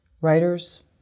writers